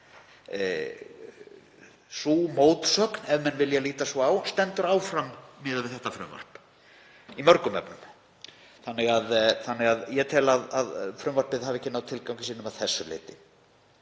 Sú mótsögn, ef menn vilja líta svo á, stendur áfram miðað við þetta frumvarp í mörgum efnum. Ég tel því að frumvarpið hafi ekki náð tilgangi sínum að þessu leyti.